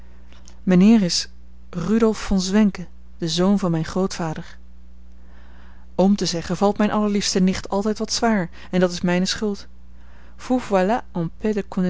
mijnheer is rudolf von zwenken de zoon van mijn grootvader oom te zeggen valt mijne allerliefste nicht altijd wat zwaar en dat is mijne schuld vous voilà